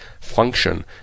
function